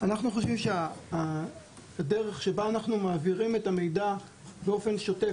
אנחנו חושבים שהדרך בה אנחנו מעבירים את המידע באופן שוטף,